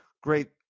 Great